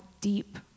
deep